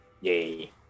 Yay